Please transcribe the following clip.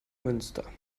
münster